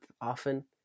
often